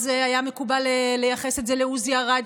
אז היה מקובל לייחס את זה לעוזי ארד,